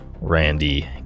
Randy